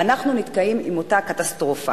ואנחנו נתקעים עם אותה קטסטרופה.